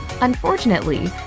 unfortunately